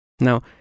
Now